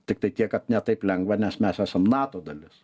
tiktai tiek kad ne taip lengva nes mes esam nato dalis